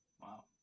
Wow